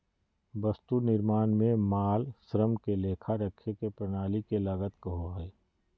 वस्तु निर्माण में माल, श्रम के लेखा रखे के प्रणाली के लागत कहो हइ